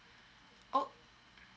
oh